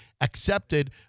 accepted